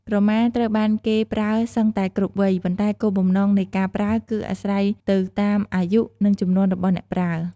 ក្រមាត្រូវបានគេប្រើសឹងតែគ្រប់វ័យ ប៉ុន្តែគោលបំណងនៃការប្រើគឺអាស្រ័យទៅតាមអាយុ និងជំនាន់របស់អ្នកប្រើ។